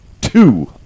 Two